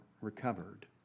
recovered